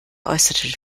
äußerte